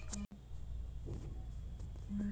घोंघा में बहुत ज्यादा प्रोटीन मिलेला